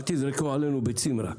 לך מיכאל יושב-ראש הוועדה,